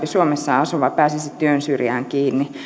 suomessa asuva pääsisi työn syrjään kiinni